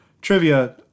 trivia